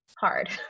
hard